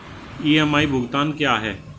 EMI भुगतान क्या है?